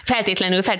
Feltétlenül